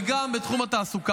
וגם בתחום התעסוקה.